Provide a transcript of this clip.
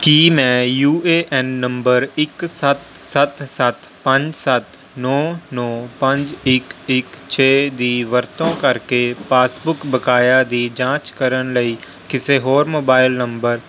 ਕੀ ਮੈਂ U A N number ਇੱਕ ਸੱਤ ਸੱਤ ਸੱਤ ਪੰਜ ਸੱਤ ਨੌ ਨੌ ਪੰਜ ਇੱਕ ਇੱਕ ਛੇ ਦੀ ਵਰਤੋਂ ਕਰਕੇ ਪਾਸਬੁੱਕ ਬਕਾਇਆ ਦੀ ਜਾਂਚ ਕਰਨ ਲਈ ਕਿਸੇ ਹੋਰ ਮੋਬਾਈਲ ਨੰਬਰ